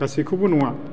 गासैखौबो नङा